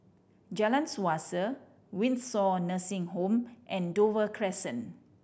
Jalan Suasa Windsor Nursing Home and Dover Crescent